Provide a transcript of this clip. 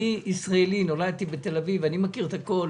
אני ישראלי, נולדתי בתל אביב ואני מכיר את הכול.